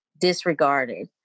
disregarded